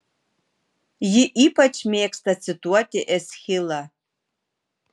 ji ypač mėgsta cituoti eschilą